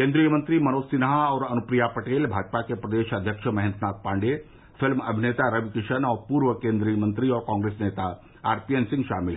केन्द्रीय मंत्री मनोज सिन्हा और अनुप्रिया पटेल भाजपा के प्रदेश अध्यक्ष महेन्द्र नाथ पाण्डेय फिल्म अभिनेता रवि किशन और पूर्व केन्द्रीय मंत्री और कॉग्रेस नेता आरपीएन सिंह शामिल हैं